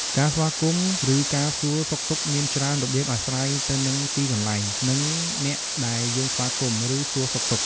ការស្វាគមន៍ ឬការសួរសុខទុក្ខមានច្រើនរបៀបអាស្រ័យទៅនឹងទីកន្លែង និងអ្នកដែលយើងស្វាគមន៍ ឬសួរសុខទុក្ខ។